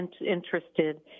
interested